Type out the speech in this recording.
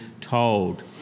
told